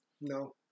no